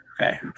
Okay